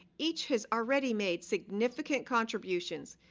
each has already made significant contributions.